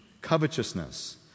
covetousness